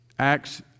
Acts